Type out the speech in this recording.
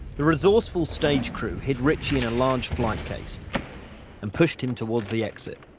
the resourceful stage crew hid ritchie in a large flight case and pushed him towards the exit.